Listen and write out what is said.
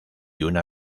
una